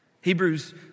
Hebrews